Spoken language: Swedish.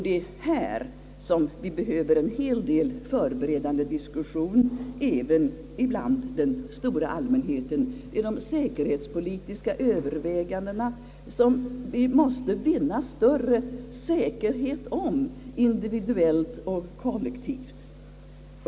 Det är här som vi behöver en hel del förberedande diskussion, även bland den stora allmänheten, i fråga om de säkerhetspolitiska övervägandena, som vi måste vinna större klarhet om, både individuellt och kollektivt.